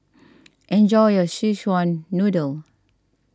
enjoy your Szechuan Noodle